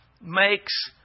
makes